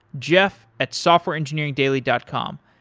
jeff at softwareengineeringdaily dot com.